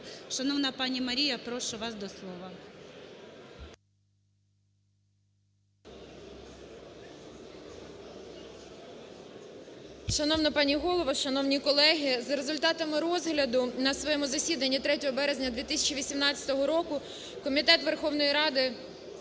Шановна пані Марія, прошу вас до слова. 11:23:23 ІОНОВА М.М. Шановна пані голово! Шановні колеги! За результатами розгляду на своєму засіданні 3 березня 2018 року, Комітет Верховної Ради